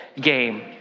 game